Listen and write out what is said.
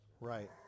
Right